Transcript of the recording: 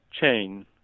chain